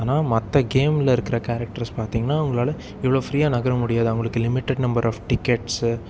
ஆனால் மற்ற கேமில் இருக்கிற கேரக்டர்ஸ் பார்த்திங்கன்னா அவங்களால இவ்வளோ ஃப்ரீயாக நகர முடியாது அவங்களுக்கு லிமிடட் நம்பர் ஆஃப் டிக்கெட்ஸு